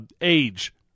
age